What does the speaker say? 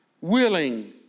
willing